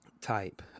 type